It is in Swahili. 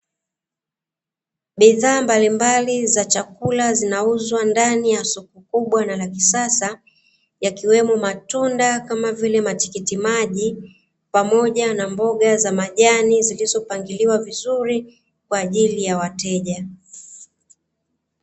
Bidhaa mbalimbali za chakula zinauzwa ndani ya soko kubwa na la kisasa, yakiwemo matunda kama vile matikitimaji, pamoja na mboga za majani zilizopangiliwa vizuri, kwa ajili ya wateja.